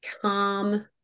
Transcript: calm